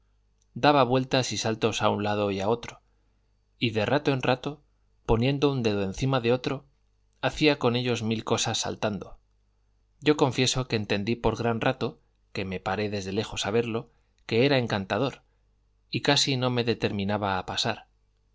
daba vueltas y saltos a un lado y a otro y de rato en rato poniendo un dedo encima de otro hacía con ellos mil cosas saltando yo confieso que entendí por gran rato que me paré desde lejos a verlo que era encantador y casi no me determinaba a pasar